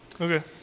Okay